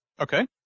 Okay